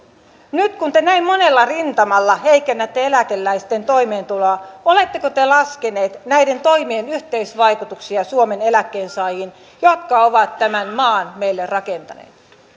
nyt kun te näin monella rintamalla heikennätte eläkeläisten toimeentuloa oletteko te laskeneet näiden toimien yhteisvaikutuksia suomen eläkkeensaajiin jotka ovat tämän maan meille rakentaneet